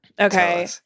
okay